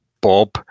Bob